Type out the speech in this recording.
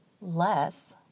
less